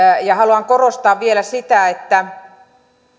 haluan korostaa vielä sitä että